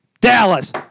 Dallas